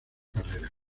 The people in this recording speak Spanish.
carrera